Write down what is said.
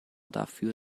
dafür